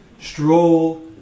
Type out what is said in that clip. Stroll